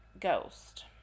ghost